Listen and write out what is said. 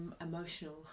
emotional